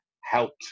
helped